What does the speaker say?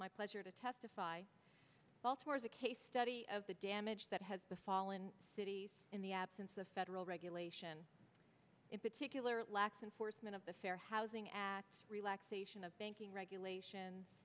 my pleasure to testify baltimore's a case study of the damage that has befallen cities in the absence of federal regulation in particular lax enforcement of the fair housing act relaxation of banking regulation